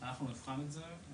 אנחנו נבחן את זה.